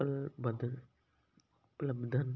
ਉਪਲ ਬਧ ਉਪਲੱਬਧ ਹਨ